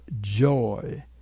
joy